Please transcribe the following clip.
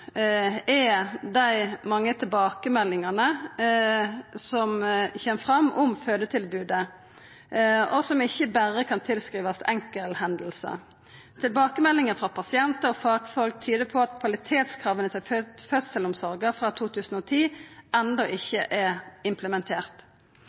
er dei mange tilbakemeldingane som kjem fram om fødetilbodet, og som ikkje berre har si årsak i enkelthendingar. Tilbakemeldingar frå pasientar og fagfolk tyder på at kvalitetskrava til fødselsomsorga frå 2010